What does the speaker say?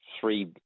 three